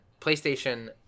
PlayStation